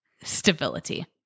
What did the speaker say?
stability